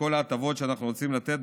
לכל ההטבות שאנחנו רוצים לתת.